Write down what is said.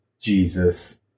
Jesus